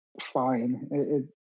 fine